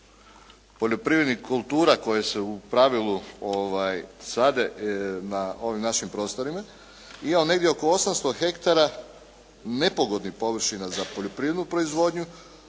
poljoprivrednih kultura koje se u pravilu sade na ovim našim prostorima imamo negdje oko 800 hektara nepogodnih površina za poljoprivrednu proizvodnju,